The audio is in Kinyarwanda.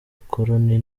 ubukoroni